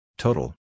Total